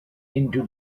into